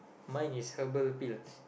mine is herbal field